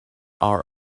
are